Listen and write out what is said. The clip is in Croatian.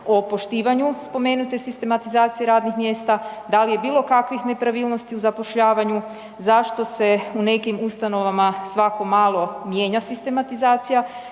o poštivanju spomenute sistematizacije radnih mjesta, da li je bilo kakvih nepravilnosti u zapošljavanju, zašto se u nekim ustanovama svako malo mijenja sistematizacija